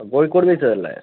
Kozhikode beach അതല്ലേ